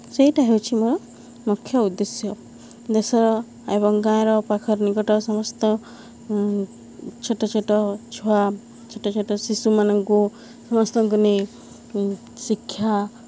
ସେଇଟା ହେଉଛି ମୋର ମୁଖ୍ୟ ଉଦ୍ଦେଶ୍ୟ ଦେଶର ଏବଂ ଗାଁର ପାଖରେ ନିକଟ ସମସ୍ତ ଛୋଟ ଛୋଟ ଛୁଆ ଛୋଟ ଛୋଟ ଶିଶୁମାନଙ୍କୁ ସମସ୍ତଙ୍କୁ ନେଇ ଶିକ୍ଷା